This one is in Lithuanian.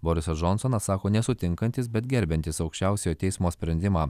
borisas džonsonas sako nesutinkantis bet gerbiantis aukščiausiojo teismo sprendimą